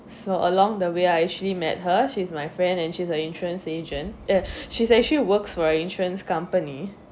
so along the way I actually met her she's my friend and she's a insurance agent uh she actually works for insurance company